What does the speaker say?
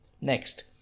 next